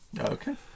Okay